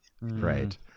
Right